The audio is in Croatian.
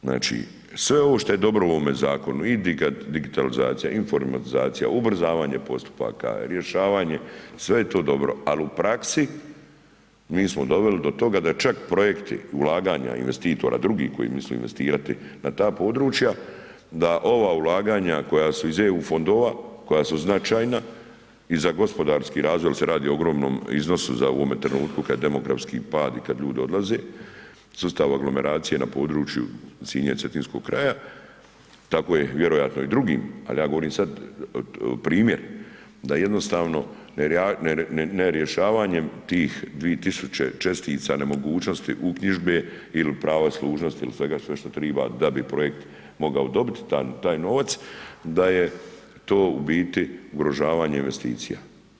Znači, sve ovo što je dobro u ovome zakonu i digitalizacija, informatizacija, ubrzavanje postupaka, rješavanje sve je to dobro, ali u praksi mi smo doveli do toga da čak projekti ulaganja investitora drugih koji misle investirati na ta područja, da ova ulaganja koja su iz EU fondova, koja su značajna i za gospodarski razvoj jer se radi o ogromnom iznosu za ovome trenutku kad je demografski pad i kad ljudi odlaze, sustav aglomeracije na području Sinja i Cetinskog kraja, tako je vjerojatno i drugim, al ja govorim sad primjer da jednostavno nerješavanjem tih 2.000 čestica nemogućnosti uknjižbe il prava služnosti, il sve što triba da bi projekt mogao dobit taj novac, da je to u biti ugrožavanje investicija.